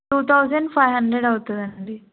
two thousand five hundred అవుతుంది అండి